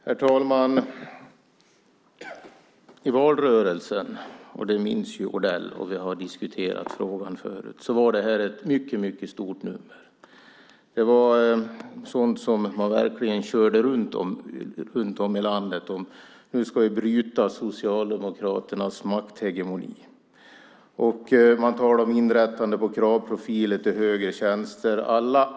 Herr talman! I valrörelsen - det minns Odell, vi har diskuterat frågan förut - var det här ett mycket stort nummer. Det var sådant som man verkligen körde med runt om i landet, att man skulle bryta Socialdemokraternas makthegemoni. Man talade om inrättande av kravprofiler till högre tjänster.